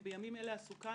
אני בימים אלה עסוקה,